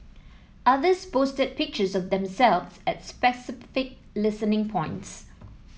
others posted pictures of themselves at specific listening points